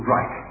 Right